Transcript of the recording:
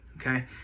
okay